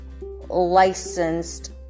licensed